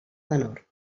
menor